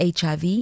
HIV